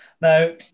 Now